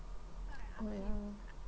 oh ya